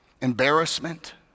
embarrassment